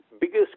biggest